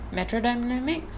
metro dynamics